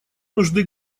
нужды